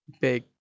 big